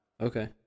Okay